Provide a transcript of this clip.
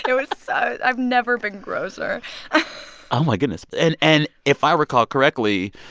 it was so i've never been grosser oh, my goodness. and and if i recall correctly,